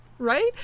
right